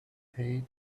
taped